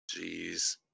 Jeez